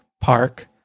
park